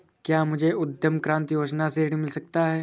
क्या मुझे उद्यम क्रांति योजना से ऋण मिल सकता है?